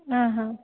हा हा